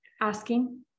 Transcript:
asking